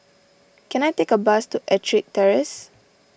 can I take a bus to Ettrick Terrace